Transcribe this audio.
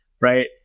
right